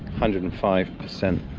hundred and five percent